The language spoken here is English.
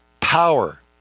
power